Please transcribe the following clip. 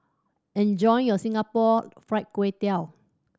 enjoy your Singapore Fried Kway Tiao